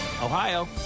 Ohio